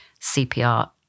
CPR